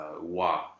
wa